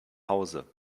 hause